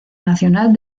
nacional